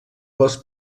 les